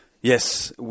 Yes